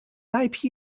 lounge